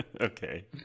Okay